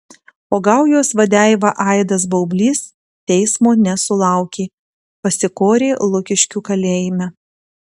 o gaujos vadeiva aidas baublys teismo nesulaukė pasikorė lukiškių kalėjime